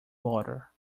border